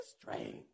strange